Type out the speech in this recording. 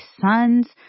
sons